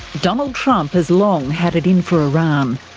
donald trump has long had it in for iran.